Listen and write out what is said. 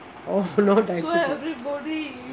oh no diabetic